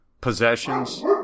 Possessions